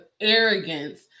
arrogance